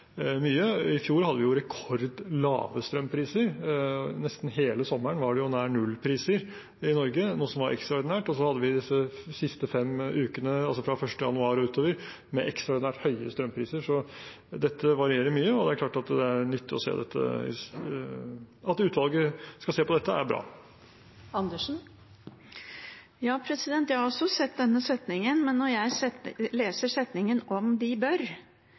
mye. I fjor hadde vi rekordlave strømpriser. Nesten hele sommeren var det nær null-priser i Norge, noe som var ekstraordinært, og så har vi hatt disse siste fem ukene, fra 1. januar og utover, med ekstraordinært høye strømpriser. Dette varierer mye, og det er bra at utvalget skal se på det.